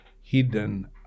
hidden